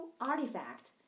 artifact